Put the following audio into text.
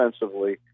defensively